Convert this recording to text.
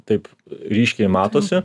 taip ryškiai matosi